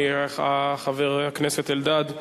חבר הכנסת אלדד,